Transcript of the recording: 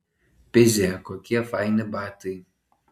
pizė kokie faini batai